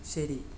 ശരി